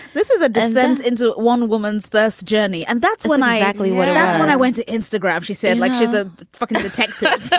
this is a descent into one woman's this journey and that's when i actually when when i went to instagram she said like she's a fucking detective.